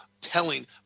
telling